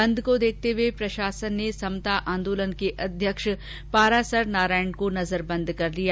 बंद को देखते हए प्रशासन ने समता आंदोलन के अध्यक्ष पारासर नारायण को नजरबंद कर लिया